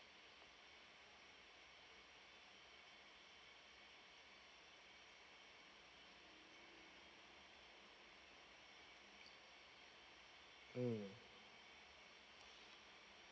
mm